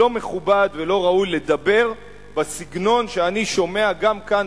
לא מכובד ולא ראוי לדבר בסגנון שאני שומע גם כאן,